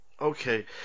Okay